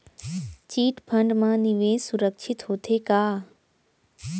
Chit fund मा निवेश सुरक्षित होथे का?